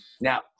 Now